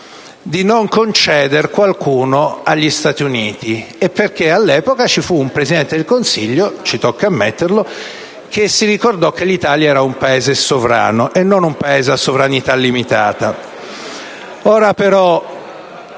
di non concedere qualcuno agli Stati Uniti. All'epoca ci fu un Presidente del Consiglio - ci tocca ammetterlo - che si ricordò che l'Italia era un Paese sovrano e non un Paese a sovranità limitata.